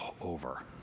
over